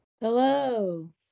Hello